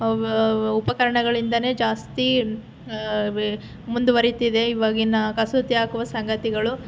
ಉಪಕರಣಗಳಿಂದನೇ ಜಾಸ್ತಿ ಮುಂದುವರೆಯುತ್ತಿದೆ ಇವಾಗಿನ ಕಸೂತಿ ಹಾಕುವ ಸಂಗತಿಗಳು